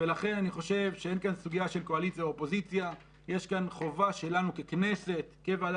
מדינת ישראל, בצדק, קובעת כללים, גם החשב הכללי